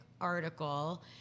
article